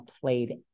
played